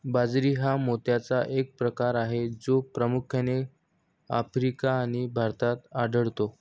बाजरी हा मोत्याचा एक प्रकार आहे जो प्रामुख्याने आफ्रिका आणि भारतात वाढतो